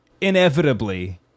inevitably